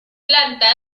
plantas